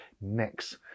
next